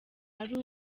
ari